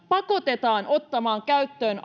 pakotetaan ottamaan käyttöön